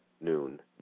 noon